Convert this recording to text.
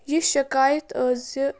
یہِ شِکایت ٲس زِ